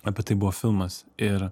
apie tai buvo filmas ir